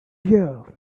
here